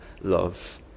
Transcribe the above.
love